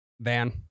van